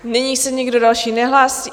Nyní se nikdo další nehlásí.